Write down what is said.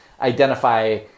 identify